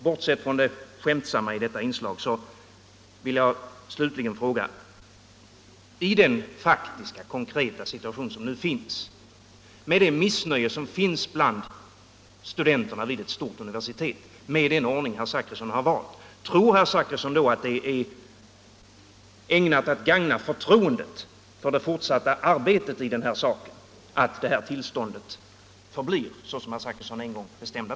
Bortsett från det skämtsamma i detta inslag vill jag slutligen fråga: I den faktiska konkreta situation som nu uppstått och med det missnöje som finns bland studenterna vid ett stort universitet på grund av den ordning herr Zachrisson har valt tror då herr Zachrisson att det är ägnat att gagna förtroendet för det fortsatta arbetet i den här saken att det här tillståndet får bli såsom herr Zachrisson en gång bestämt?